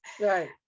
Right